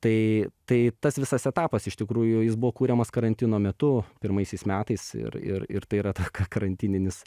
tai tai tas visas etapas iš tikrųjų jis buvo kuriamas karantino metu pirmaisiais metais ir ir ir tai yra tas karantininis